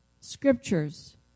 scriptures